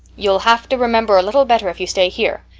you'll have to remember a little better if you stay here,